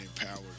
empowered